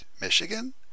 Michigan